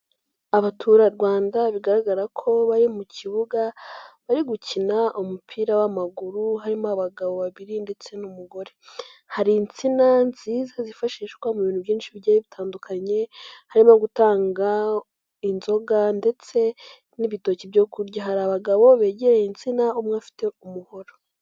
Aturarwanda bigaragara ko bari mu kibuga bari gukina umupira w'amaguru, harimo abagabo babiri ndetse n'umugore, hari insina nziza zifashishwa mu bintu byinshi bigiye bitandukanye, harimo gutanga inzoga ndetse n'ibitoki byo kurya, hari abagabo begereye insina, umwe afite umuhoro.